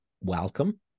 welcome